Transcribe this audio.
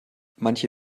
manche